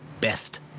best